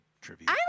tribute